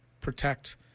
protect